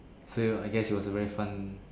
so you ah I guess it was very fun